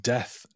Death